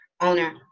owner